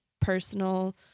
personal